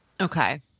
Okay